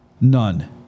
None